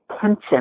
tension